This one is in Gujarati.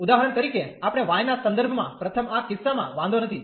ઉદાહરણ તરીકે આપણે y ના સંદર્ભમાં પ્રથમ આ કિસ્સામાં વાંધો નથી